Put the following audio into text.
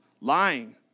lying